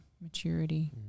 maturity